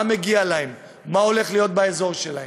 מה מגיע להם, מה הולך להיות באזור שלהם,